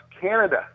Canada